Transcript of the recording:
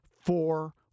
four